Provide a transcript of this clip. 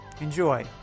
Enjoy